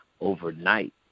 overnight